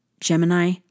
Gemini